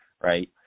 right